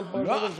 במדינה הזאת,